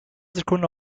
sekunden